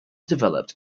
developed